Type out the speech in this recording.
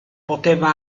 poteva